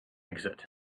exit